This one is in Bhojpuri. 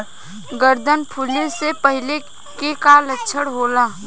गर्दन फुले के पहिले के का लक्षण होला?